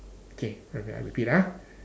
okay I repeat I repeat ah